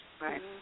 Right